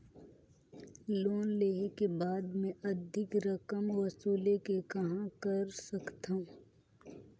Loan लेहे के बाद मे अधिक रकम वसूले के कहां कर सकथव?